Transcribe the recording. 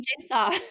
Jigsaw